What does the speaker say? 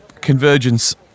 Convergence